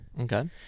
Okay